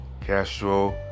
Castro